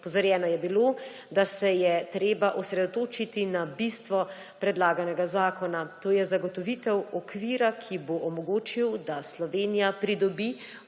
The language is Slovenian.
Opozorjeno je bilo, da se je treba osredotočiti na bistvo predlaganega zakona, to je zagotovitev okvira, ki bo omogočil, da Slovenija pridobi 88,5